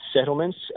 settlements